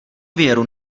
věru